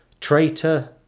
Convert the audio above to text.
traitor